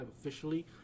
officially